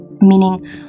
meaning